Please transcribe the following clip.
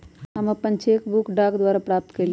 हम अपन cheque book डाक द्वारा प्राप्त कईली ह